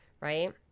right